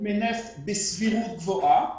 כתמי נפט בסבירות גבוהה,